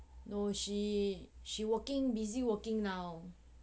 no she she working busy working now